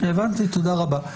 תודה רבה.